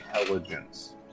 Intelligence